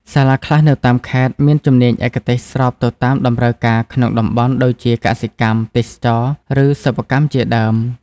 សាលាខ្លះនៅតាមខេត្តមានជំនាញឯកទេសស្របទៅតាមតម្រូវការក្នុងតំបន់ ដូចជាកសិកម្ម ទេសចរណ៍ ឬសិប្បកម្មជាដើម។